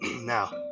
Now